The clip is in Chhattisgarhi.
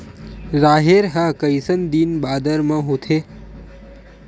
राहेर ह कइसन दिन बादर म होथे?